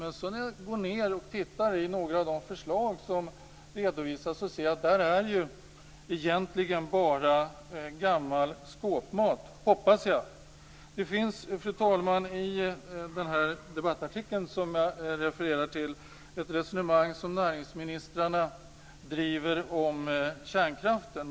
Men när jag tittar på några av de förslag som redovisas ser jag att det egentligen bara är gammal skåpmat, hoppas jag. Fru talman! I den debattartikel som jag refererar till driver näringsministrarna ett resonemang om kärnkraften.